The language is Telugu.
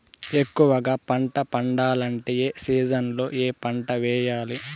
ఎక్కువగా పంట పండాలంటే ఏ సీజన్లలో ఏ పంట వేయాలి